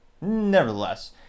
Nevertheless